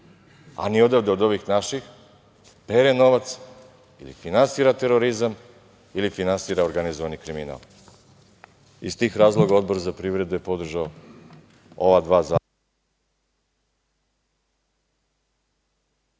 a ni odavde od ovih naših pere novac ili finansira terorizam ili finansira organizovani kriminal. Iz tih razloga Odbor za privredu je podržao ova dva zakona